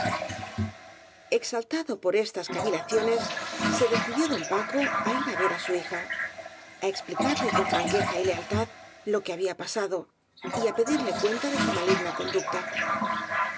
exaltado por estas cavilaciones se decidió don paco á ir á ver á su hija á explicarle con franque za y lealtad lo que había pasado y á pedirle cuen ta de su maligna conducta